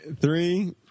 three